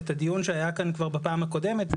את הדיון שהיה כאן כבר בפעם הקודמת.